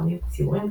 סמלים וציורים,